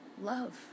love